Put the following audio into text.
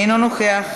אינו נוכח,